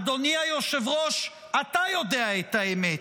אדוני היושב-ראש, אתה יודע את האמת.